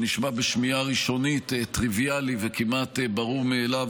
שנשמע בשמיעה ראשונית טריוויאלי וכמעט ברור מאליו,